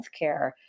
healthcare